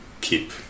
keep